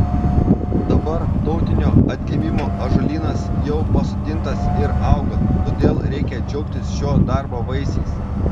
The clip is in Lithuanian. dabar tautinio atgimimo ąžuolynas jau pasodintas ir auga todėl reikia džiaugtis šio darbo vaisiais